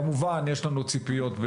כמובן יש לנו ציפיות,